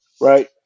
right